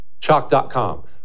Chalk.com